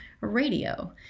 Radio